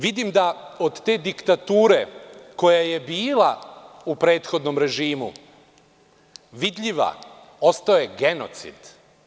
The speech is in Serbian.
Vidim da od te diktature, koja je bila u prethodnom režimu vidljiva, ostao je genocid.